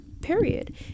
Period